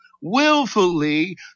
willfully